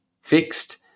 fixed